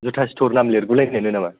जुथा स्थ'र नाम लेरगु लायनायानो नामा